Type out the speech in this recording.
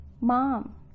mom